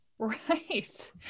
right